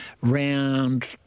round